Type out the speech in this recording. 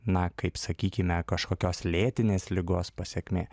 na kaip sakykime kažkokios lėtinės ligos pasekmė